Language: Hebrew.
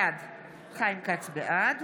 בעד